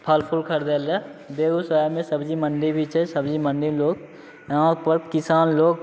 फल फूल खरिदैले बेगूसरायमे सब्जी मण्डी भी छै सबजी मण्डी लोक यहाँपर किसान लोक